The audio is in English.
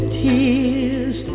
tears